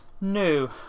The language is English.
No